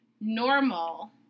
normal